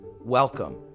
welcome